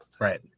Right